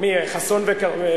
התייחס אליך?